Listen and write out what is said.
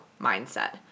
mindset